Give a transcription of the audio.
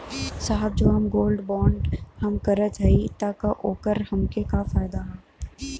साहब जो हम गोल्ड बोंड हम करत हई त ओकर हमके का फायदा ह?